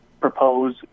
Propose